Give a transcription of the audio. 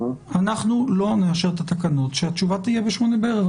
אנחנו לא נאשר את התקנות כשהתשובה תהיה ב-20:00 בערב.